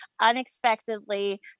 unexpectedly